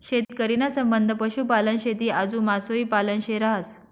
शेतकरी ना संबंध पशुपालन, शेती आजू मासोई पालन शे रहास